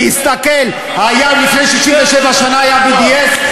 תסתכל, לפני 67 שנה היה BDS?